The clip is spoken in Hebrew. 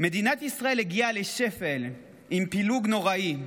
מדינת ישראל הגיעה לשפל עם פילוג נוראי.